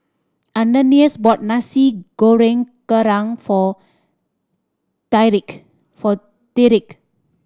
Ananias bought Nasi Goreng Kerang for for Tyrique